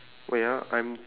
ya there's a circle